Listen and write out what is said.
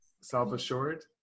self-assured